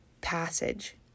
passage